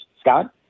Scott